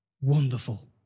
Wonderful